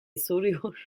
soruyor